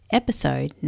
episode